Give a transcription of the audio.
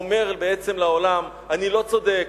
אומר בעצם לעולם: אני לא צודק,